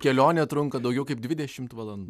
kelionė trunka daugiau kaip dvidešimt valandų